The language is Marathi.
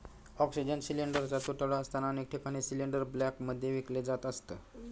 ऑक्सिजन सिलिंडरचा तुटवडा असताना अनेक ठिकाणी सिलिंडर ब्लॅकमध्ये विकले जात असत